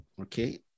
Okay